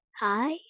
Hi